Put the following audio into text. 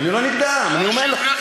אני לא נגדם, אני אומר לך.